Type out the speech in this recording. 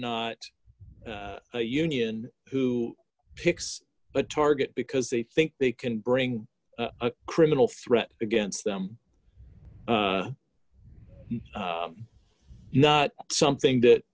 not a union who picks but target because they think they can bring a criminal threat against them not something that